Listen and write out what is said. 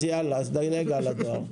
אז דלג על הדואר.